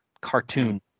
cartoon